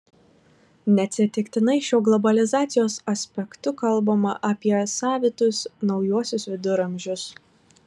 neatsitiktinai šiuo globalizacijos aspektu kalbama apie savitus naujuosius viduramžius